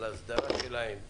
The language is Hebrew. על ההסדרה שלהן,